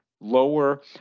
lower